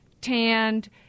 tanned